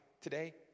today